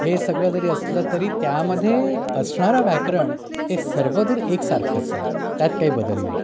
हे सगळं जरी असलं तरी त्यामध्ये असणारं व्याकरण हे सर्वदूर एकसारखंच आहे त्यात काही बदल नाही